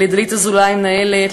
לדלית אזולאי המנהלת,